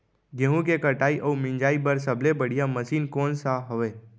गेहूँ के कटाई अऊ मिंजाई बर सबले बढ़िया मशीन कोन सा हवये?